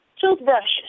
toothbrushes